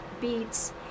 beats